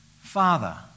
Father